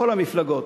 בכל המפלגות,